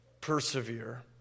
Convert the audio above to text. persevere